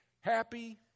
happy